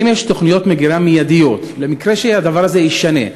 האם יש תוכניות מגירה מיידיות למקרה שהדבר הזה יישנה?